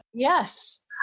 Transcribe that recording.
Yes